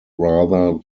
rather